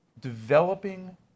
Developing